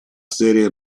serie